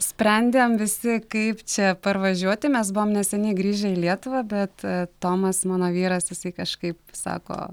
sprendėm visi kaip čia parvažiuoti mes buvom neseniai grįžę į lietuvą bet tomas mano vyras jisai kažkaip sako